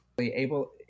able